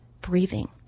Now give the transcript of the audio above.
breathing